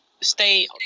stay